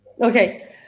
Okay